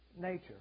nature